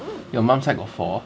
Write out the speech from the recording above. your mum side got four